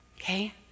okay